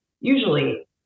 usually